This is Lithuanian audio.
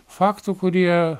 faktų kurie